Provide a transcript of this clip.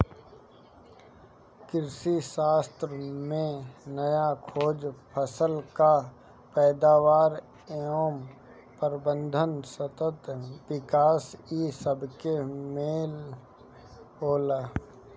कृषिशास्त्र में नया खोज, फसल कअ पैदावार एवं प्रबंधन, सतत विकास इ सबके मेल होला